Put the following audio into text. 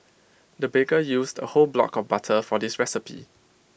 the baker used A whole block of butter for this recipe